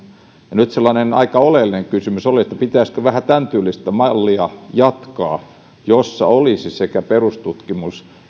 nyt sellainen aika oleellinen kysymys olisi pitäisikö jatkaa vähän tämäntyylistä mallia jossa olisivat perustutkimus ja